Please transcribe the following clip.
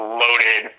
loaded